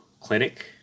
clinic